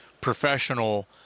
professional